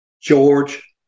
George